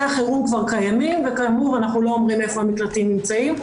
החירום כבר קיימים וכאמור אנחנו לא אומרים איפה המקלטים נמצאים,